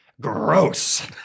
Gross